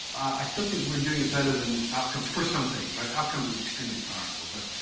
i still think we're doing it better than outcomes for some things, right? outcomes is extremely powerful. but